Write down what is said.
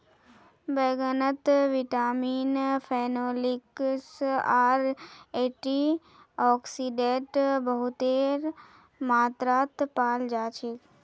बैंगनत vitamin, phenolics आर antioxidants बहुतेर मात्रात पाल जा छेक